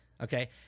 Okay